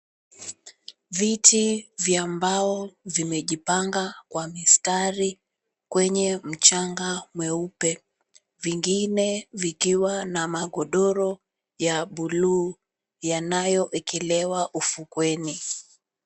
Viti vya mbao vimejipanga kwa mistari kwenye mchanga mweupe. Vingine vikiwa na magodoro ya buluu, yanayoekelewa ufukweni.